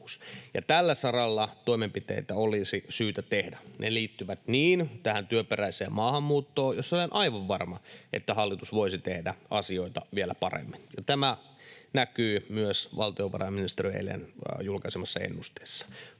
Tällä saralla toimenpiteitä olisi syytä tehdä. Ne liittyvät tähän työperäiseen maahanmuuttoon, jossa olen aivan varma, että hallitus voisi tehdä asioita vielä paremmin. Tämä näkyy myös valtiovarainministeriön eilen julkaisemassa ennusteessa.